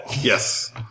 Yes